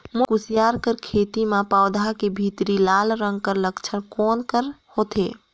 मोर कुसियार कर खेती म पौधा के भीतरी लाल रंग कर लक्षण कौन कर होथे?